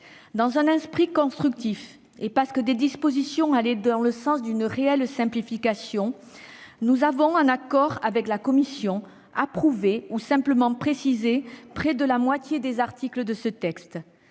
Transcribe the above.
Dans un esprit constructif, et parce que des dispositions allaient dans le sens d'une réelle simplification, nous avons, en accord avec la commission spéciale, approuvé ou simplement précisé près de la moitié des articles de ce texte.